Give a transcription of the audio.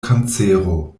kancero